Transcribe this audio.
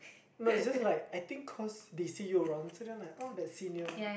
no it's just like I think cause they see you around so then like oh that senior